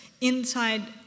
inside